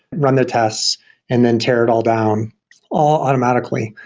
run their tests and then tear it all down all automatically.